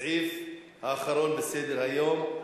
הסעיף האחרון בסדר-היום.